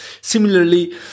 similarly